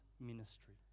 ministry